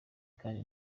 kandi